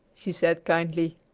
she said kindly.